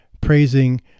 praising